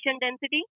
density